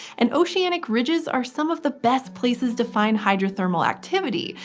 and oceanic ridges are some of the best places to find hydrothermal activity,